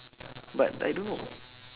but I don't know